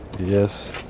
Yes